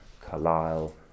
Carlyle